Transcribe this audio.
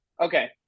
Okay